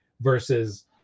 versus